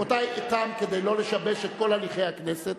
רבותי, כדי לא לשבש את כל הליכי הכנסת,